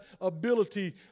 ability